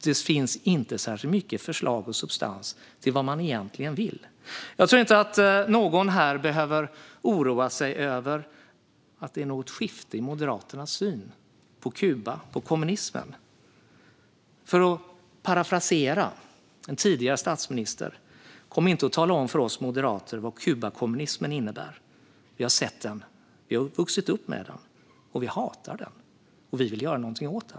Den innehåller inte särskilt många förslag eller substans när det gäller vad man egentligen vill. Jag tror inte att någon här behöver oroa sig över att det är något skifte i Moderaternas syn på Kuba och kommunismen. För att parafrasera en tidigare statsminister: Kom inte och tala om för oss moderater vad Kubakommunismen innebär! Vi har sett den, vi har vuxit upp med den, vi hatar den, och vi vill göra någonting åt den.